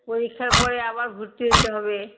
পরীক্ষার পরে আবার ঘুরতে যেতে হবে